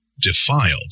defiled